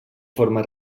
forma